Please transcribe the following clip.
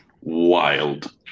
wild